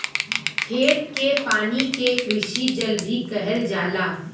खेत के पानी के कृषि जल भी कहल जाला